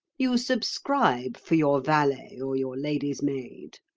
you subscribe for your valet or your lady's maid.